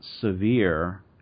severe